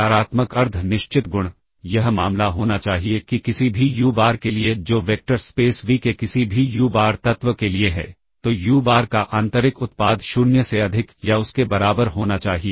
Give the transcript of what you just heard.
सकारात्मक अर्ध निश्चित गुण यह मामला होना चाहिए कि किसी भी यू बार के लिए जो वेक्टर स्पेस वी के किसी भी यू बार तत्व के लिए है तो यू बार का आंतरिक उत्पाद 0 से अधिक या उसके बराबर होना चाहिए